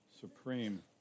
supreme